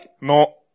No